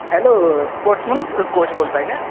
hello sportsman coach बोलत आहे का